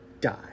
die